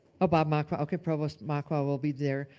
about mokwa, okay provost mokwa will be there.